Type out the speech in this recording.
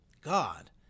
God